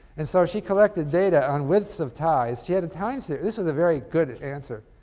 and so she collected data on widths of ties. she had a time series this is a very good answer